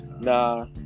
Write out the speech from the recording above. nah